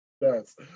Yes